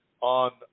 on